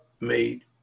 made